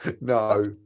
No